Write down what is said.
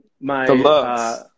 my-